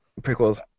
prequels